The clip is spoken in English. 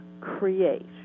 create